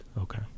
Okay